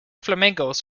flamingos